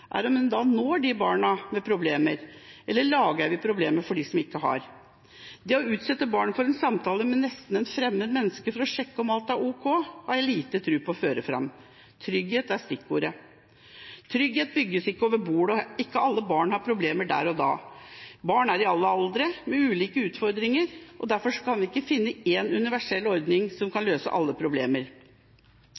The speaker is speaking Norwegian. er om en da når de barna som har problemer, eller om en lager problemer for dem som ikke har det. Det å utsette et barn for en samtale med en nesten fremmed for å sjekke om alt er ok, har jeg liten tro på fører fram. Trygghet er stikkordet. Trygghet bygges ikke over bordet, og ikke alle barn har problemer der og da. Barn er i alle aldre, med ulike utfordringer, og derfor kan vi ikke finne én universell ordning som kan løse alle problemer.